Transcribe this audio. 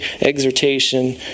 exhortation